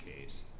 case